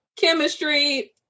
chemistry